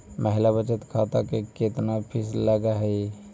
महिला बचत खाते के केतना फीस लगअ हई